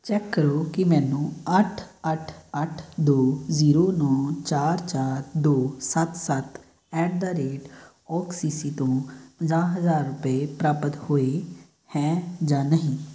check ਕਰੋ ਕਿ ਮੈਨੂੰ ਅੱਠ ਅੱਠ ਅੱਠ ਦੋ ਜ਼ੀਰੋ ਨੌਂ ਚਾਰ ਚਾਰ ਦੋ ਸੱਤ ਸੱਤ ਐਟ ਦ ਰੇਟ ਓਕਸੀਸੀ ਤੋਂ ਪੰਜਾਹ ਹਜ਼ਾਰ ਰੁਪਏ ਪ੍ਰਾਪਤ ਹੋਏ ਹੈ ਜਾਂ ਨਹੀਂ